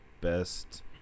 best